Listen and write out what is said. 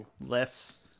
less